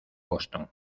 boston